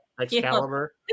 Excalibur